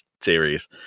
series